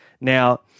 Now